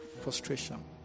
Frustration